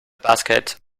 basket